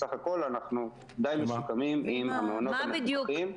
סך הכול, אנחנו דיי מסוכמים עם המעונות המפוקחים.